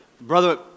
Brother